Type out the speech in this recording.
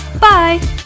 Bye